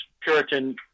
puritan